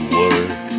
work